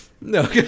No